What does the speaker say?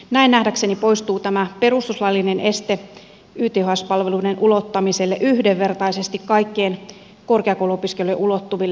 näin nähdäkseni poistuu tämä perustuslaillinen este yths palveluiden ulottamiselle yhdenvertaisesti kaikkien korkeakouluopiskelijoiden ulottuville